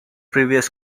previous